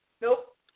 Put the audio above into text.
Nope